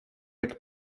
jak